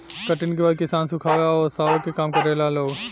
कटनी के बाद किसान सुखावे आ ओसावे के काम करेला लोग